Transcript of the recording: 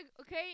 okay